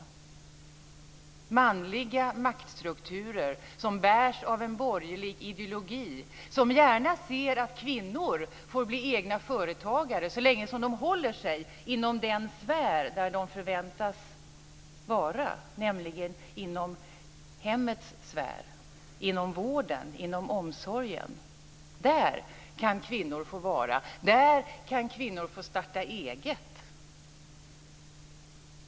Det är manliga maktstrukturer som bärs av de borgerliga ideologierna, som gärna ser att kvinnor får bli egna företagare så länge de håller sig inom den sfär där de förväntas vara, nämligen inom hemmets sfär, inom vården och omsorgen. Där kan kvinnor få vara. Där kan kvinnor få starta eget.